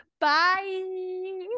Bye